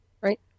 Right